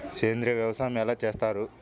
సేంద్రీయ వ్యవసాయం ఎలా చేస్తారు?